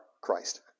Christ